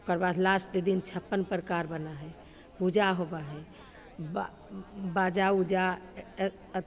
ओकर बाद लास्ट दिन छप्पन प्रकार बनै हइ पूजा होबै हइ बा बाजा उजा